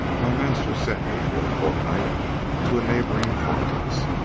my master sent me for a fortnight to a neighboring farmer's,